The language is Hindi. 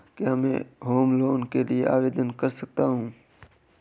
क्या मैं होम लोंन के लिए आवेदन कर सकता हूं?